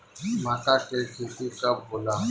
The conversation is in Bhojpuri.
माका के खेती कब होला?